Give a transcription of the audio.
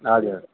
हजुर